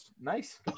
Nice